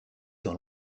dans